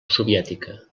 soviètica